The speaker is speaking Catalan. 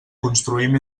construïm